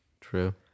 True